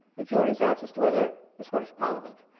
the jury's out as to whether the scottish parliament,